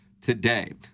today